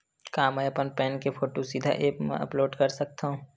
का मैं अपन पैन के फोटू सीधा ऐप मा अपलोड कर सकथव?